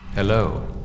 Hello